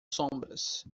sombras